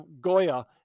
Goya